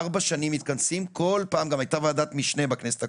גם הייתה ועדת משנה בכנסת הקודמת,